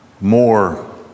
more